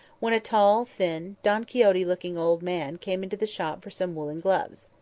when a tall, thin, don quixote-looking old man came into the shop for some woollen gloves.